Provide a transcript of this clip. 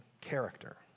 character